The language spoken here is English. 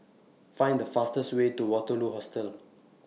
Find The fastest Way to Waterloo Hostel